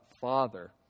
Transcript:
Father